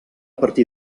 partir